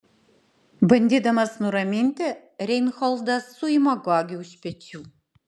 bandydamas nuraminti reinholdas suima gogį už pečių